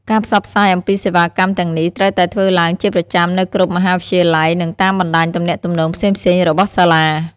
ការផ្សព្វផ្សាយអំពីសេវាកម្មទាំងនេះត្រូវតែធ្វើឡើងជាប្រចាំនៅគ្រប់មហាវិទ្យាល័យនិងតាមបណ្ដាញទំនាក់ទំនងផ្សេងៗរបស់សាលា។